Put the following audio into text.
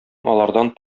алардан